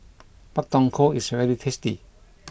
Pak Thong Ko is very tasty